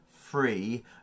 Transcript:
free